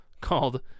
called